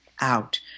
out